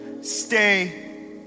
Stay